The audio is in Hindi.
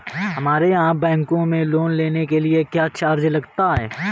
हमारे यहाँ बैंकों में लोन के लिए क्या चार्ज लगता है?